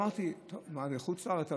אמרתי: טוב, מה זה, חוץ לארץ?